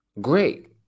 great